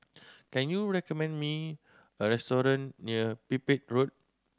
can you recommend me a restaurant near Pipit Road